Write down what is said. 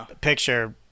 picture